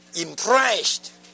impressed